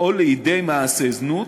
או לידי מעשה זנות,